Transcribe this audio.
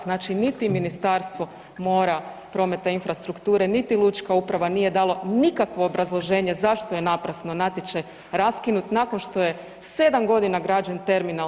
Znači, niti Ministarstvo mora, prometa i infrastrukture, niti Lučka uprava nije dalo nikakvo obrazloženje zašto je naprasno natječaj raskinut nakon što je 7 godina građen terminal.